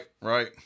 right